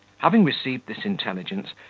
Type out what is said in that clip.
having received this intelligence,